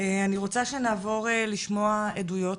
אני רוצה שנעבור לשמוע עדויות.